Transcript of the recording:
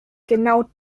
genau